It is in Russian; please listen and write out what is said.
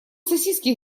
сосиски